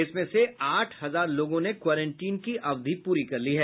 इसमें से आठ हजार लोगों ने क्वारेंटीन की अवधि प्ररी कर ली है